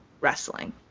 Wrestling